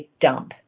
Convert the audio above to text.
dump